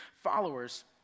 followers